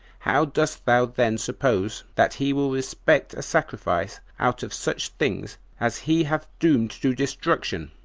how dost thou then suppose that he will respect a sacrifice out of such things as he hath doomed to destruction?